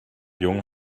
jung